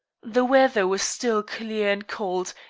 the weather was still clear and cold,